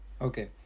Okay